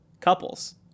couples